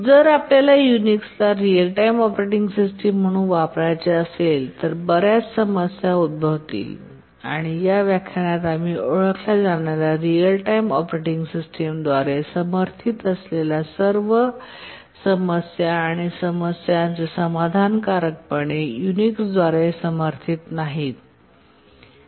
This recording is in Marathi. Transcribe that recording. जर आपल्याला युनिक्सला रिअल टाइम ऑपरेटिंग सिस्टम म्हणून वापरायचे असेल तर बर्याच समस्या उद्भवतील आणि या व्याख्यानात आम्ही ओळखल्या जाणार्या रिअल टाईम ऑपरेटिंग सिस्टमद्वारे समर्थित असलेल्या सर्व समस्या आणि समस्या समाधानकारक पणे युनिक्सद्वारे समर्थित नाहीत